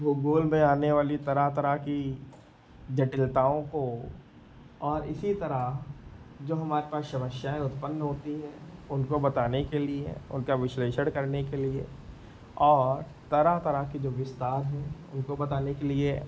भूगोल में आने वाली तरह तरह की जटिलताओं को और इसी तरह जो हमारे पास समस्याएँ उत्पन्न होती हैं उनको बताने के लिए उनका विश्लेषण करने के लिए और तरह तरह के जो विस्तार हैं उनको बताने के लिए